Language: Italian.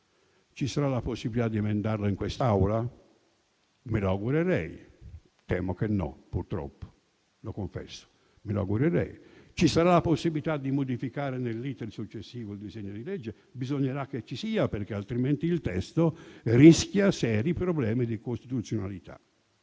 Ci sarà la possibilità di emendarlo in quest'Aula? Me lo augurerei. Temo di no, purtroppo, lo confesso. Me lo augurerei. Ci sarà la possibilità di modificare nell'*iter* successivo il disegno di legge? Bisognerà che ci sia, perché altrimenti il testo rischia seri problemi di costituzionalità.